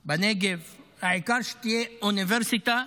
בנגב, העיקר שתהיה אוניברסיטה.